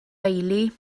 bailey